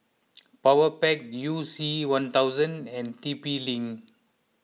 Powerpac You C one thousand and T P Link